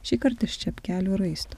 šįkart iš čepkelių raisto